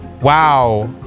wow